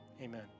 Amen